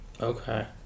Okay